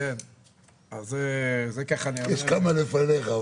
יש כמה לפניך,